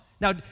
Now